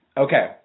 Okay